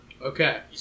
Okay